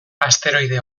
asteroide